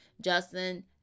Justin